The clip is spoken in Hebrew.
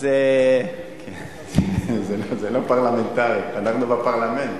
אל תהיה גיסי, זה לא פרלמנטרי, אנחנו בפרלמנט.